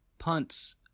punts